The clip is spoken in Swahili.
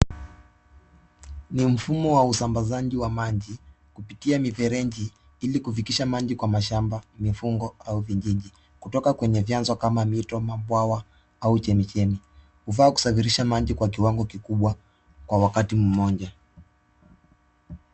Ni mfumo wa usambazaji wa maji kupitia mifereji ili kufikisha maji kwa mashamba, mifugo au vijiji, kutoka kwenye vianzo kwa mito, mabwawa au chemichemi. Huvaa kusafirisha maji kwa kiwango kikubwa kwa wakati mmoja.